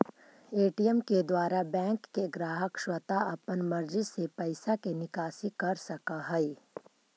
ATM के द्वारा bank के ग्राहक स्वता अपन मर्जी से पैइसा के निकासी कर सकऽ हइ